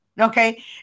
okay